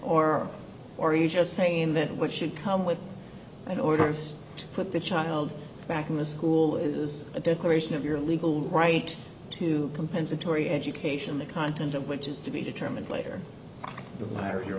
or or you just saying that what should come with an order to put the child back in the school is a declaration of your legal right to compensatory education the content of which is to be determined later the liar here